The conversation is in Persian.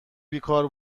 بیکار